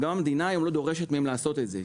המדינה לא דורשת היום מהם לעשות את זה.